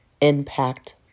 impact